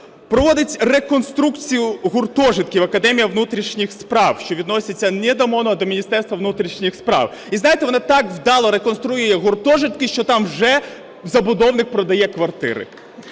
проводить реконструкцію гуртожитків Академія внутрішніх справ, що відноситься не до МОНУ, а до Міністерства внутрішніх справ. І, знаєте, воно так вдало реконструює гуртожитки, що там вже забудовник продає квартири.